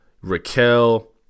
Raquel